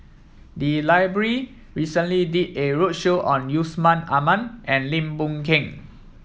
the library recently did a roadshow on Yusman Aman and Lim Boon Keng